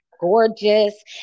gorgeous